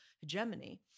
hegemony